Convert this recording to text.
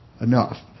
enough